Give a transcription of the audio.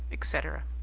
etc.